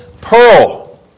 pearl